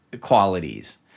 qualities